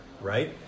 right